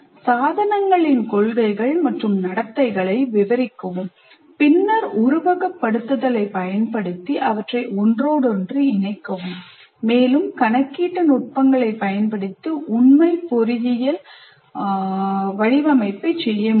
சாதனங்களின் கொள்கைகள் மற்றும் நடத்தைகளை விவரிக்கவும் பின்னர் உருவகப்படுத்துதலைப் பயன்படுத்தி அவற்றை ஒன்றோடொன்று இணைக்கவும்மேலும் கணக்கீட்டு நுட்பங்களைப் பயன்படுத்தி உண்மையில் பொறியியல் வடிவமைப்பைச் செய்ய முடியும்